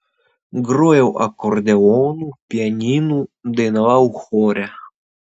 grojau akordeonu pianinu dainavau chore